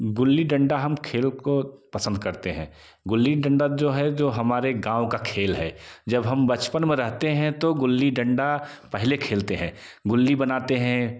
गिली डंडा हम खेल को पसंद करते हैं गिली डंडा जो है हमारे गाँव का खेल है जब हम बचपन में रहतें हैं तो गिली डंडा पहले खेलते हैं गुल्ली बनाते हैं